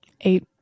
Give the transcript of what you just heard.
Eight